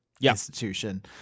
institution